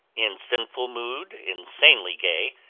in sinful mood, insanely gay,